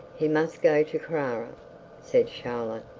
he must go to carrara said charlotte.